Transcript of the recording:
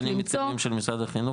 כמה יש אולפנים מתקדמים של משרד החינוך,